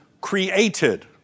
created